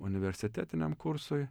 universitetiniam kursui